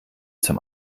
zum